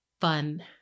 fun